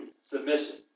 submission